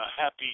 happy